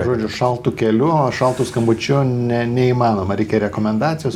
žodžiu šaltu keliu ar šaltu skambučiu ne neįmanoma reikia rekomendacijos